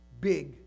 big